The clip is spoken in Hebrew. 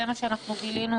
זה מה שאנחנו גילינו,